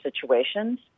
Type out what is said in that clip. situations